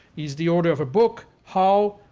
he's the author of a book, how,